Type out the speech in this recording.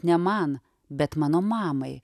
ne man bet mano mamai